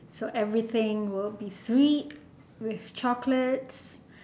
so everything will be sweet with chocolates